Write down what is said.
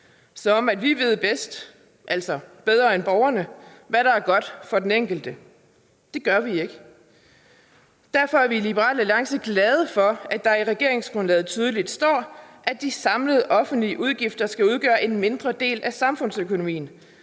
som om vi ved bedst, altså bedre end borgerne, hvad der er godt for den enkelte? Det gør vi ikke. Derfor er vi i Liberal Alliance glade for, at der i regeringsgrundlaget tydeligt står, at de samlede offentlige udgifter skal udgøre en mindre del af samfundsøkonomien,